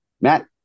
Matt